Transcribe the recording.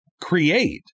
create